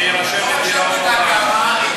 זה יירשם לדיראון עולם.